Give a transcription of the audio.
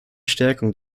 stärkung